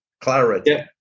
Clarity